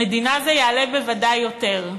למדינה זה יעלה בוודאי יותר.